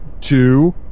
two